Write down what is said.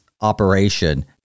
operation